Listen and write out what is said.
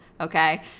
okay